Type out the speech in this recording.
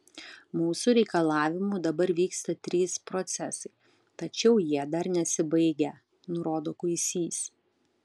mūsų reikalavimu dabar vyksta trys procesai tačiau jie dar nesibaigę nurodo kuisys